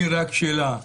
אני רק שאלה.